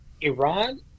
Iran